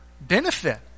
benefit